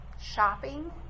shopping